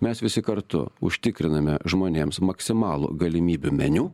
mes visi kartu užtikriname žmonėms maksimalų galimybių meniu